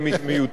ואני יורד.